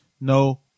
no